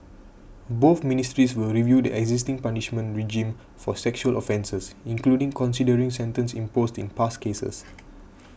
both ministries will review the existing punishment regime for sexual offences including considering sentences imposed in past cases